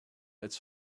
its